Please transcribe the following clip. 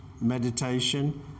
meditation